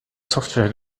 software